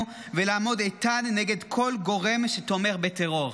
ולעמוד איתן נגד כל גורם שתומך בטרור.